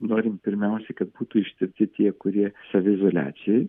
norim pirmiausia kad būtų ištirti tie kurie saviizoliacijoj